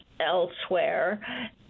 elsewhere